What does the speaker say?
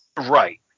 Right